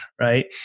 Right